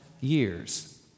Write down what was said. years